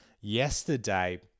yesterday